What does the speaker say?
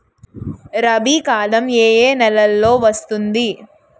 రబీ కాలం ఏ ఏ నెలలో వస్తుంది?